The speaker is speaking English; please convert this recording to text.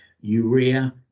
urea